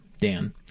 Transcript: Dan